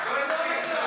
לא הספיק.